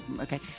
okay